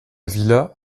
villa